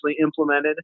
implemented